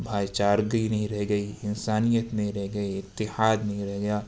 بھائی چارگی نہیں رہ گئی انسانیت نہیں رہ گئی اتحاد نہیں رہ گیا